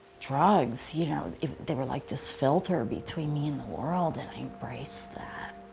drugs, you know, they were like this filter between me and the world and i embraced that.